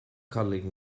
cuddling